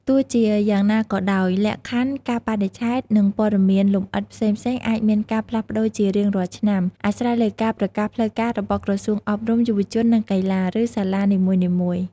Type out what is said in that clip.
ទោះជាយ៉ាងណាក៏ដោយ លក្ខខណ្ឌ កាលបរិច្ឆេទ និងព័ត៌មានលម្អិតផ្សេងៗអាចមានការផ្លាស់ប្ដូរជារៀងរាល់ឆ្នាំ អាស្រ័យលើការប្រកាសផ្លូវការរបស់ក្រសួងអប់រំ យុវជន និងកីឡា ឬសាលានីមួយៗ។